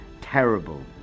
terrible